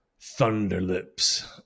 Thunderlips